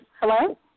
Hello